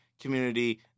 community